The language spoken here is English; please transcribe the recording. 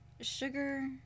sugar